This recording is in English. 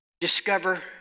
discover